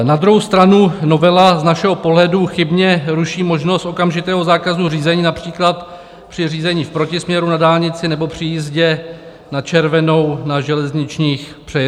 Na druhou stranu novela z našeho pohledu chybně ruší možnost okamžitého zákazu řízení, například při řízení v protisměru na dálnici nebo při jízdě na červenou na železničních přejezdech.